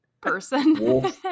person